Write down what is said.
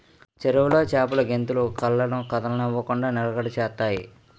చెరువులో చేపలు గెంతులు కళ్ళను కదలనివ్వకుండ నిలకడ చేత్తాయి